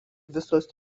visos